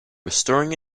restoring